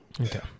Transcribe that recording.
Okay